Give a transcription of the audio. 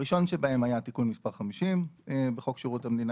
הראשון שבהם היה תיקון מס' 50 בחוק שירות המדינה